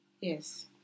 Yes